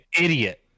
idiot